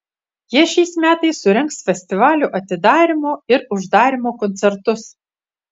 jie šiais metais surengs festivalio atidarymo ir uždarymo koncertus